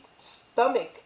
stomach